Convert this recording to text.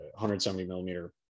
170-millimeter